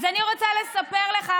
אז אני רוצה לספר לך,